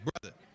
brother